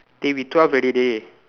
dey we twelve already dey